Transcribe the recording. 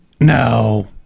No